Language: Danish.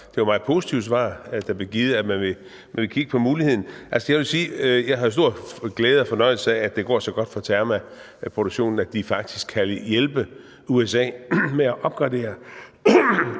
det var et meget positivt svar, der blev givet, altså at man vil kigge på muligheden. Jeg vil sige, at jeg har stor glæde og fornøjelse af, at det går så godt for Terma-produktionen, at de faktisk kan hjælpe USA med at opgradere